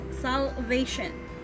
salvation